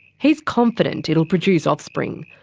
he's confident it'll produce offspring,